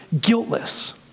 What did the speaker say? guiltless